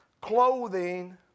clothing